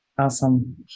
Awesome